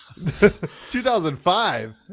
2005